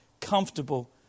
comfortable